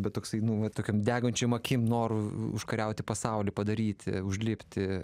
bet toksai nu va tokiom degančiom akim noru užkariauti pasaulį padaryti užlipti